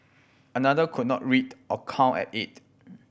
another could not read or count at eight